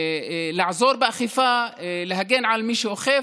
לעזור באכיפה, להגן על מי שאוכף,